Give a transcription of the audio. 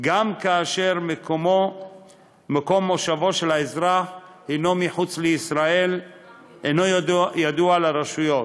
גם כאשר מקום מושבו של האזרח הוא מחוץ לישראל ואינו ידוע לרשויות,